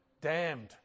damned